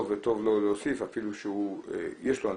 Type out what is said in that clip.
וטוב לו להוסיף אפילו שיש לו אלטרנטיבה.